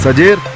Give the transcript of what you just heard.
so did